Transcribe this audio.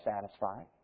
satisfied